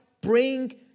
Bring